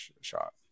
shot